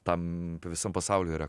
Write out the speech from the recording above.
tam visam pasauly yra